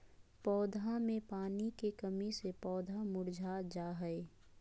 पौधा मे पानी के कमी से पौधा मुरझा जा हय